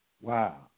Wow